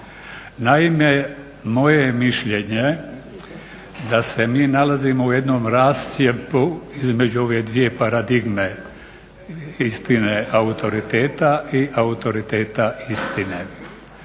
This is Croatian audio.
Naime, moje je mišljenje da se mi nalazimo u jednom rascjepu između ove dvije paradigme istine autoriteta i autoriteta istine.